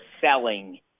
selling